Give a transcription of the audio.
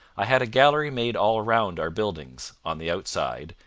i had a gallery made all round our buildings, on the outside,